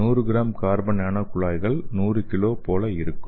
100 gram carbon nano குழாய்கள் 100 kilo போல இருக்கும்